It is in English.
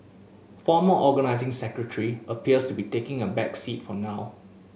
former Organising Secretary appears to be taking a back seat for now